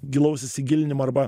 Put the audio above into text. gilaus įsigilinimo arba